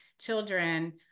children